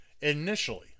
initially